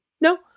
no